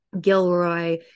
Gilroy